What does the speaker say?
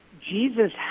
Jesus